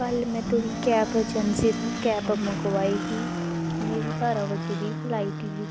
कल में थोआड़ी कैब अजैंसी दा कैब मंगवाई ही मेरी बारां बजे दी फलाईट ही